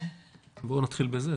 בואו נתחיל בזה.